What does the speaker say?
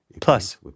Plus